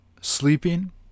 sleeping